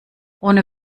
ohne